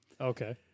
Okay